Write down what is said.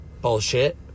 bullshit